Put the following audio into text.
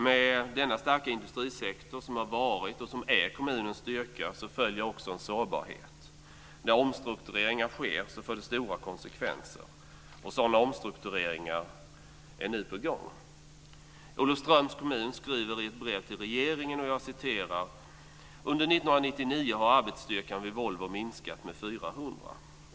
Med denna starka industrisektor, som har varit och som är kommunens styrka, följer också en sårbarhet. När omstruktureringar sker får det stora konsekvenser. Sådana omstruktureringar är nu på gång. Olofströms kommun skriver i ett brev till regeringen: Under 1999 har arbetsstyrkan vid Volvo minskat med 400.